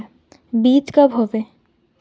बीज कब होबे?